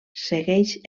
segueix